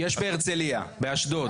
יש בהרצליה, באשדוד.